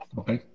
okay